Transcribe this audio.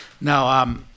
No